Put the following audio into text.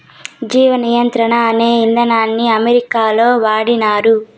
జీవ నియంత్రణ అనే ఇదానాన్ని అమెరికాలో వాడినారు